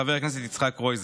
של חה"כ יצחק קרויזר.